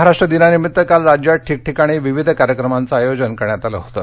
महाराष्ट्र दिनानिमित्त काल राज्यात ठिकठिकाणी विविध कार्यक्रमांच आयोजन करण्यात आलं होतं